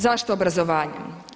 Zašto obrazovanje?